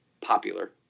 popular